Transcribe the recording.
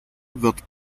wird